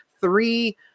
three